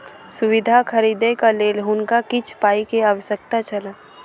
सुविधा खरीदैक लेल हुनका किछ पाई के आवश्यकता छल